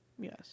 Yes